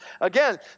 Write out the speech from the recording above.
Again